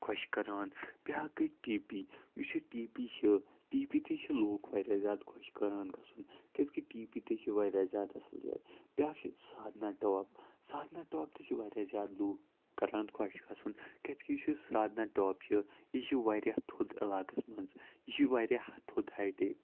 خوش کَران بیٛاکھ گٔے ٹی پی یُس یہِ ٹی پی چھِ ٹی پی تہِ چھِ لوٗکھ واریاہ زیادٕ خوش کَران گژھُن کیٛازکہِ ٹی پی تہِ چھِ واریاہ زیادٕ اَصٕل جاے بیٛاکھ چھِ سادنا ٹاپ سادنا ٹاپ تہِ چھِ واریاہ زیادٕ لوٗکھ کَران خوش گژھُن کیٛازِکہِ یُس یہِ سادنا ٹاپ چھِ یہِ چھِ واریاہ تھوٚد علاقَس منٛز یہِ چھِ واریاہ تھوٚد ہایٹہِ